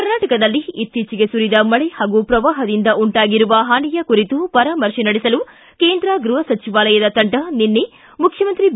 ಕರ್ನಾಟಕದಲ್ಲಿ ಇತ್ತೀಚೆಗೆ ಸುರಿದ ಮಳೆ ಹಾಗೂ ಪ್ರವಾಹದಿಂದ ಉಂಟಾಗಿರುವ ಹಾನಿಯ ಕುರಿತು ಪರಾಮರ್ಶೆ ನಡೆಸಲು ಕೇಂದ್ರ ಗೃಹ ಸಚಿವಾಲಯದ ತಂಡ ನಿನ್ನೆ ಮುಖ್ಯಮಂತ್ರಿ ಬಿ